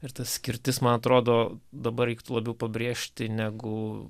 ir ta skirtis man atrodo dabar reiktų labiau pabrėžti negu